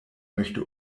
möchte